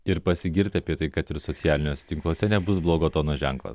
ir pasigirti apie tai kad ir socialiniuose tinkluose nebus blogo tono ženklas